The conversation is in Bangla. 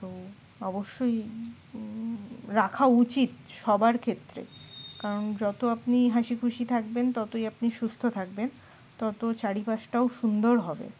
তো অবশ্যই রাখা উচিত সবার ক্ষেত্রে কারণ যত আপনি হাসি খুশি থাকবেন ততই আপনি সুস্থ থাকবেন তত চারিপাশটাও সুন্দর হবে